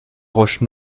roche